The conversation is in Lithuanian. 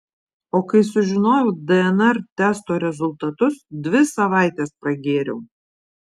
o kai sužinojau dnr testo rezultatus dvi savaites pragėriau